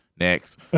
Next